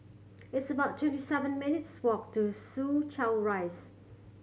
it's about twenty seven minutes' walk to Soo Chow Rise